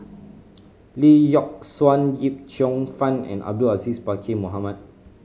Lee Yock Suan Yip Cheong Fun and Abdul Aziz Pakkeer Mohamed